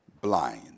blind